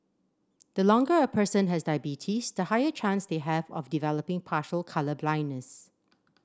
the longer a person has diabetes the higher chance they have of developing partial colour blindness